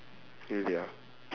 really ah